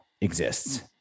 exists